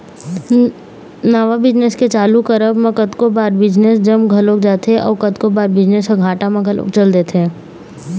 नवा बिजनेस के चालू करब म कतको बार बिजनेस जम घलोक जाथे अउ कतको बार बिजनेस ह घाटा म घलोक चले जाथे